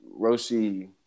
Roshi